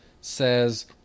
says